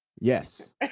Yes